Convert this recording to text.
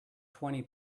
twenty